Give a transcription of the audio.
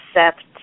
accept